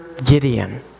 Gideon